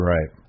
Right